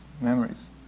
memories